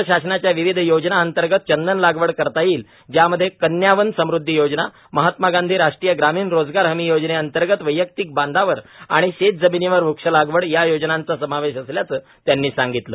महाराष्ट्र शासनाच्या विविध योजनां अंतर्गत चंदन लागवड करता येईल ज्यामध्ये कन्यावन समृदधी योजना महात्मा गांधी राष्ट्रीय ग्रामीण रोजगार हमी योजने अंतर्गत वैयक्तिक बांधावर आणि शेतजमिनीवर वृक्ष लागवड या योजनाचा समावेश असल्याचे त्यांनी सांगीतले